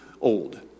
old